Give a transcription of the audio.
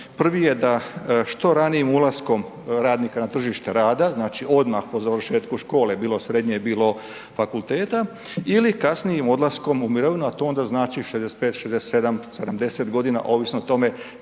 Prvi je da što ranijim ulaskom radnika na tržište rada, znači odmah po završetku škole, bilo srednje, bilo fakulteta ili kasnijim odlaskom u mirovinu, a to onda znači 65, 67, 70 godina, ovisno o tome